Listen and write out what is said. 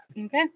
Okay